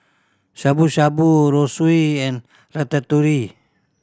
Shabu Shabu Zosui and Ratatouille